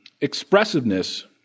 expressiveness